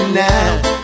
now